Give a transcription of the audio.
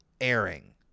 airing